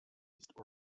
east